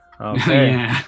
Okay